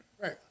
Right